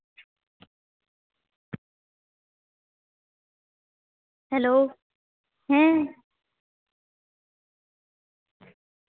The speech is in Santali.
ᱦᱮᱞᱳ ᱦᱮᱸ